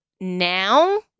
Now